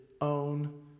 own